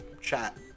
chat